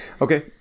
Okay